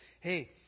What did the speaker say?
Hey